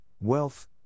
wealth